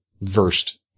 versed